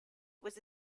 was